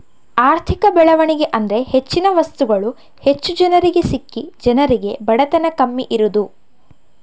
ಆರ್ಥಿಕ ಬೆಳವಣಿಗೆ ಅಂದ್ರೆ ಹೆಚ್ಚಿನ ವಸ್ತುಗಳು ಹೆಚ್ಚು ಜನರಿಗೆ ಸಿಕ್ಕಿ ಜನರಿಗೆ ಬಡತನ ಕಮ್ಮಿ ಇರುದು